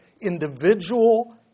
individual